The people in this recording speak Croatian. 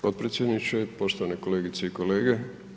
potpredsjedniče, poštovane kolegice i kolege.